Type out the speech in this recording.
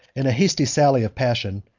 in a hasty sally of passion,